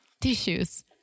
tissues